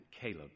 caleb